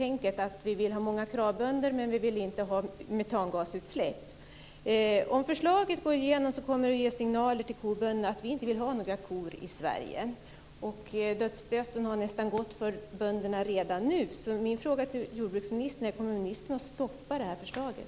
Hur går det ihop att vi vill ha många Kravbönder men vi vill inte ha metangasutsläpp? Om förslaget går igenom kommer det att ge signalen till kobönderna att vi inte vill ha några kor i Sverige. Dödsstöten för bönderna har nästan varit redan nu, så min fråga till jordbruksministern är: Kommer ministern att stoppa det här förslaget?